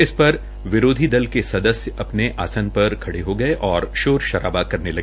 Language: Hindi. इस पर विरोधी दल के सदस्य अपने आसन से खड़े हो गये और शौर शराबा श्रू कर दिया